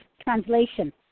translation